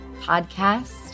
Podcast